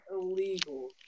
illegal